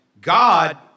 God